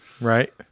Right